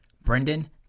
Brendan